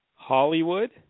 Hollywood